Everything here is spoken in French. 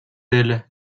ailes